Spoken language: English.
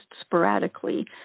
sporadically